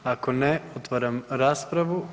Ako ne, otvaram raspravu.